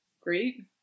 great